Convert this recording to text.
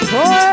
Poor